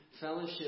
fellowship